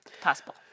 Possible